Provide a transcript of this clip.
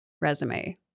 resume